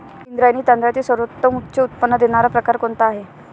इंद्रायणी तांदळातील सर्वोत्तम उच्च उत्पन्न देणारा प्रकार कोणता आहे?